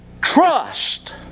trust